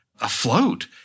afloat